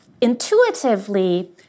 Intuitively